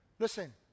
Listen